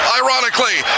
ironically